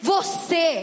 Você